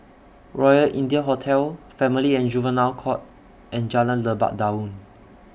Royal India Hotel Family and Juvenile Court and Jalan Lebat Daun